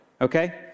Okay